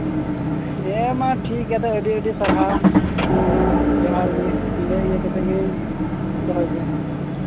ᱦᱮᱸ ᱢᱟ ᱛᱚᱵᱮ ᱴᱷᱤᱠ ᱜᱮᱭᱟ ᱟᱹᱰᱤ ᱟᱹᱰᱤ ᱥᱟᱨᱦᱟᱣ ᱦᱮᱸ ᱢᱟ ᱡᱚᱦᱟᱨ ᱜᱮ ᱱᱚᱰᱮ ᱤᱭᱟᱹ ᱠᱟᱛᱮᱫ ᱜᱮ ᱫᱚᱦᱚᱭ ᱫᱟᱹᱧ